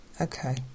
Okay